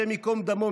השם ייקום דמו,